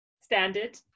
standard